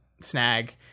Snag